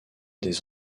des